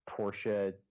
Porsche